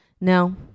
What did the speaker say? Now